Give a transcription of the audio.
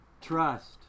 Trust